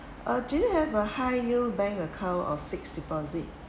uh do you have a high new bank account of fixed deposit